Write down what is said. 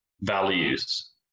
values